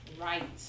right